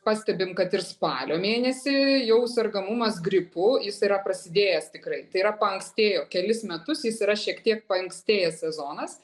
pastebim kad ir spalio mėnesį jau sergamumas gripu jis yra prasidėjęs tikrai tai yra paankstėjo kelis metus jis yra šiek tiek paankstėjęs sezonas